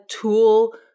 tool